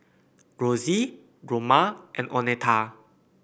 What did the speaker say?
Rosy Roma and Oneta